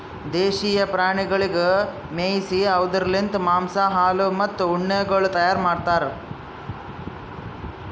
ದೇಶೀಯ ಪ್ರಾಣಿಗೊಳಿಗ್ ಮೇಯಿಸಿ ಅವ್ದುರ್ ಲಿಂತ್ ಮಾಂಸ, ಹಾಲು, ಮತ್ತ ಉಣ್ಣೆಗೊಳ್ ತೈಯಾರ್ ಮಾಡ್ತಾರ್